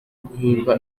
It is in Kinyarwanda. guhimba